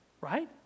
Right